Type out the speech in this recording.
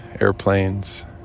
airplanes